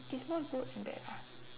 it's both good and bad lah